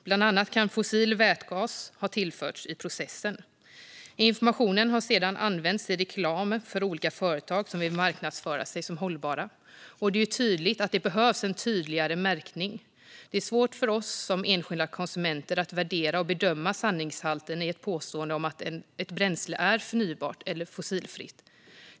Bland annat kan fossil vätgas ha tillförts i processen. Informationen har sedan använts i reklam för olika företag som vill marknadsföra sig som hållbara. Det är uppenbart att det behövs en tydligare märkning; det är svårt för oss som enskilda konsumenter att värdera och bedöma sanningshalten i ett påstående om att ett bränsle är förnybart eller fossilfritt.